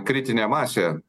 kritinė masė